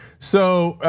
so,